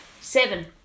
Seven